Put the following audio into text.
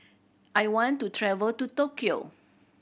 I want to travel to Tokyo